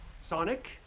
Sonic